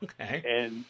okay